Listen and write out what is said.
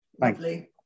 Lovely